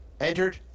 entered